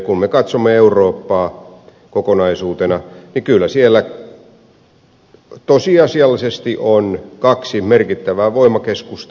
kun me katsomme eurooppaa kokonaisuutena niin kyllä siellä tosiasiallisesti on kaksi merkittävää voimakeskusta